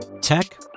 Tech